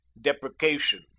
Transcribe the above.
deprecation